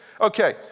okay